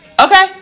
okay